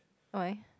why